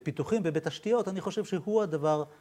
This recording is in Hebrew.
פיתוחים ובתשתיות, אני חושב שהוא הדבר.